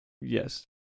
Yes